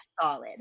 solid